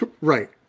right